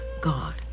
God